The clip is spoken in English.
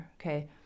okay